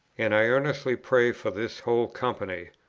and i earnestly pray for this whole company,